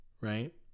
right